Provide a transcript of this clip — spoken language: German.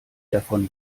davon